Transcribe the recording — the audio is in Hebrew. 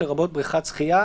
לרבות בריכת שחייה,